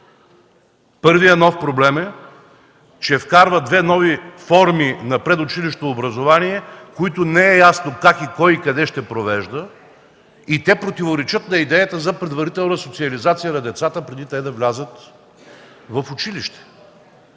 Първият нов проблем е, че вкарва две нови форми на предучилищно образование, които не е ясно как, кой и къде ще провежда, и те противоречат на идеята за предварителна социализация на децата преди да влязат в училище.